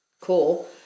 cool